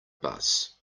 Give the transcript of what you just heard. bus